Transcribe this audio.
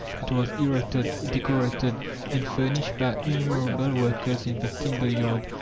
it was erected, decorated and furnished by innumerable workers in the timber yard,